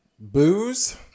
booze